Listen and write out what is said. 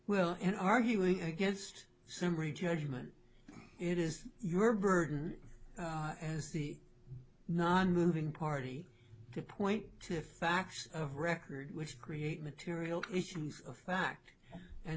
well in arguing against summary judgment it is your burden as the nonmoving party to point to facts of record which create material issues of fact and